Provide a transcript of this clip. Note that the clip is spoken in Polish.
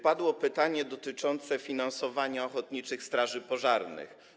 Padło pytanie dotyczące finansowania ochotniczych straży pożarnych.